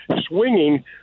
swinging